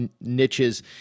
niches